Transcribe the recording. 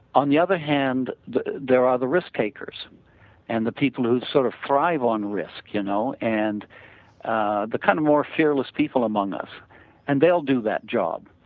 on the other hand there are the risk takers and the people who sort of thrive on risk, you know and ah the kind of more fearless people among us and they'll do that job.